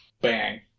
Bang